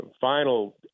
final